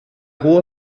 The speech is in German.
hohe